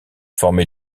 formée